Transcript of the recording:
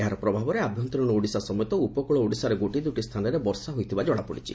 ଏହାର ପ୍ରଭାବରେ ଆଭ୍ୟନ୍ତରୀଣ ଓଡ଼ିଶା ସମେତ ଉପକୁଳ ଓଡ଼ିଶାର ଗୋଟିଏ ଦୁଇଟି ସ୍ଚାନରେ ବର୍ଷା ହୋଇଥିବା ଜଣାପଡିଛି